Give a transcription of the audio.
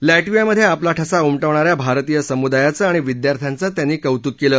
लॅटवियामध्ये आपला ठसा उमटवणाऱ्या भारतीय समुदायाचं आणि विद्यार्थ्यांचं त्यांनी कौतुक केलं